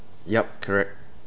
yup correct